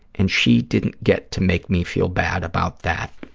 and she didn't get to make me feel bad about that.